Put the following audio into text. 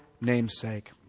namesake